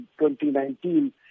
2019